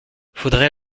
faudrait